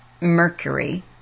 mercury